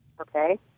Okay